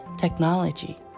technology